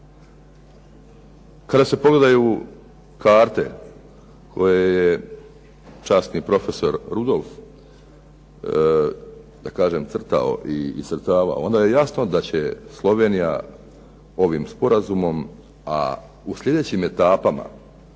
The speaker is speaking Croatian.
Kada se pogledaju karte koje je časni profesor Rudolf crtao i iscrtavao, onda je jasno da će Slovenija ovim sporazumom, a u sljedećim etapama